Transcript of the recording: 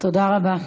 תודה רבה.